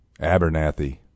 Abernathy